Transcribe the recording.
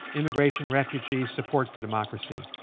immigration, refugees, support for democracy.